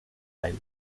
ein